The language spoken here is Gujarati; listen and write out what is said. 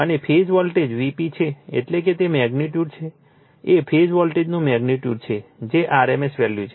અને ફેઝ વોલ્ટેજ Vp છે એટલે કે તે મેગ્નિટ્યુડ છે એ ફેઝ વોલ્ટેજનું મેગ્નિટ્યુડ છે જે rms વેલ્યુ છે